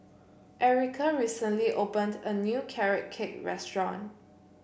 Erica recently opened a new Carrot Cake restaurant